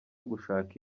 gushaka